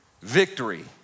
victory